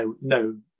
no